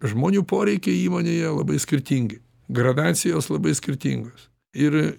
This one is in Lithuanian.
žmonių poreikiai įmonėje labai skirtingi gradacijos labai skirtingos ir